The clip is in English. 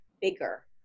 bigger